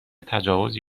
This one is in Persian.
تجاوز